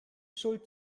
schuld